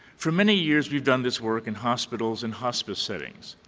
for many years we've done this work in hospitals and hospice settings.